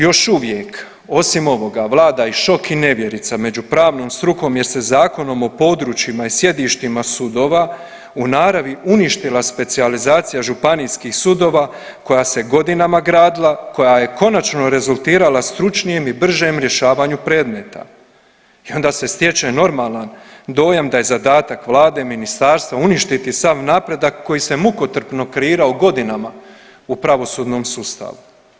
Još uvijek osim ovoga vlada i šok i nevjerica među pravnom strukom jer se Zakonom o područjima i sjedištima sudova u naravi uništila specijalizacija županijskih sudova koja se godinama gradila, koja je konačno rezultirala stručnijem i bržem rješavaju predmeta i onda s stječe normalan dojam da je zadatak vlade, ministarstva uništiti sav napredak koji se mukotrpno kreirao godinama u pravosudnom sustavu.